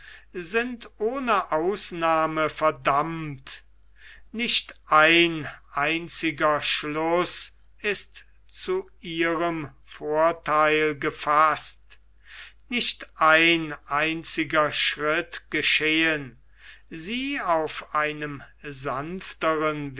sind ohne ausnahme verdammt nicht ein einziger schluß ist zu ihrem vortheil gefaßt nicht ein einziger schritt geschehen sie auf einem sanftern